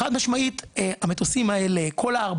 חשוב להעמיד דברים על דיוקם.